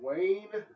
Wayne